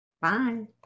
Bye